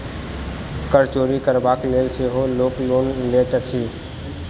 कर चोरि करबाक लेल सेहो लोक लोन लैत अछि